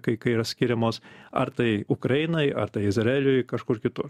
kai kai yra skiriamos ar tai ukrainai ar izraeliui kažkur kitur